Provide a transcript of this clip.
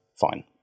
Fine